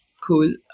cool